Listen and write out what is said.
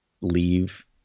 leave